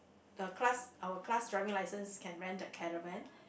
the class our class driving license can rent a caravan